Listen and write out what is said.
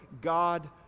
God